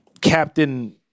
Captain